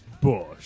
Bush